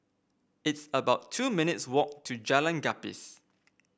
it's about two minutes' walk to Jalan Gapis